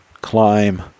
climb